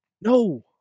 No